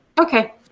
Okay